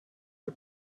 bei